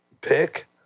pick